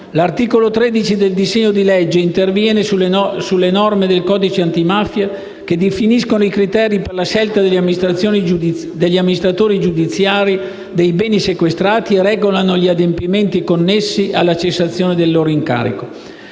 L'articolo 13 del disegno di legge interviene sulle norme del codice antimafia che definiscono i criteri per la scelta degli amministratori giudiziari dei beni sequestrati e regolano gli adempimenti connessi alla cessazione del loro incarico.